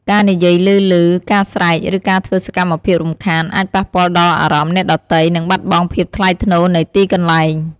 ការនិយាយឮៗ ការស្រែក ឬការធ្វើសកម្មភាពរំខាន អាចប៉ះពាល់ដល់អារម្មណ៍អ្នកដទៃ និងបាត់បង់ភាពថ្លៃថ្នូរនៃទីកន្លែង។